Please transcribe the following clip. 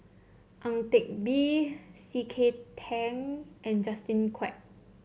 Ang Teck Bee C K Tang and Justin Quek